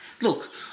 Look